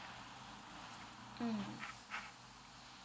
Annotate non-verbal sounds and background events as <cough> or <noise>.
mm <noise>